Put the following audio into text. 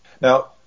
Now